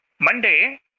Monday